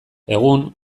egun